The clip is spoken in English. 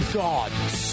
gods